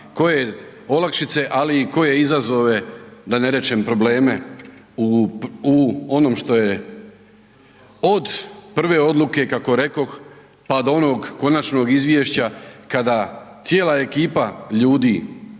koje olakšice, ali i koje izazove, da ne rečem probleme u onom što je od prve odluke, kako rekoh, pa do onog konačnog izvješća kada cijela ekipa ljudi